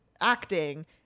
acting